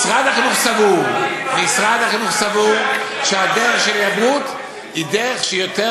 משרד החינוך סבור שהדרך של הידברות היא דרך שהיא יותר